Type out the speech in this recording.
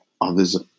others